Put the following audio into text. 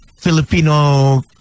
Filipino